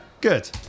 good